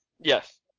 Yes